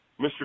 Mr